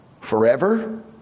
forever